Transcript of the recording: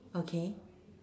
okay